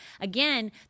Again